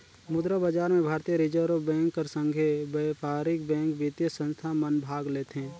मुद्रा बजार में भारतीय रिजर्व बेंक कर संघे बयपारिक बेंक, बित्तीय संस्था मन भाग लेथें